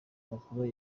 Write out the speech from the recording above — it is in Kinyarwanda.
macron